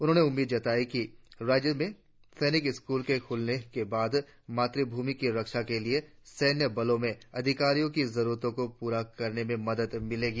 उन्होंने उम्मीद जताई है कि राज्य में सैनिक स्कूल के खुलने के बाद मातृ भ्रमि की रक्षा के लिए सैन्य बलों में अधिकारियों की जरुरतों को पूरा करने में मदद मिलेगी